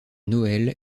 noël